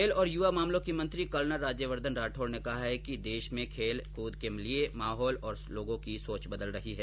खेल और युवा मामलों के मंत्री कर्नल राज्यवर्द्वन राठौड़ ने कहा है कि देश में खेलकृद के लिए माहौल और लोगों की सोच बदल रही है